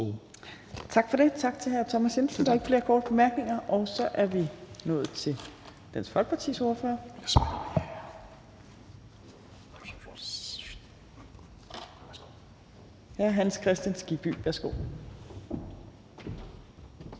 Torp): Tak til hr. Thomas Jensen. Der er ikke flere korte bemærkninger. Så er vi nået til Dansk Folkepartis ordfører, hr. Hans Kristian Skibby. Værsgo.